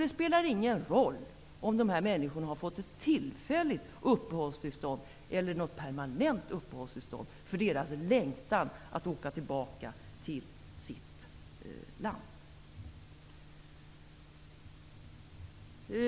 Det spelar ingen roll om dessa människor fått ett tillfälligt eller ett permanent uppehållstillstånd -- deras längtan är att få åka tillbaka till sitt land.